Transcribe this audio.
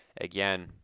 again